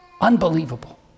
unbelievable